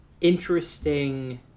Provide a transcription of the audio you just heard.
interesting